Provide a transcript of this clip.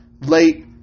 late